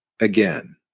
Again